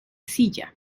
silla